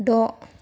द'